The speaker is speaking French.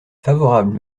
favorable